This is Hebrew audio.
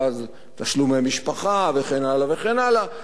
ואז תשלומי משפחה וכן הלאה וכן הלאה,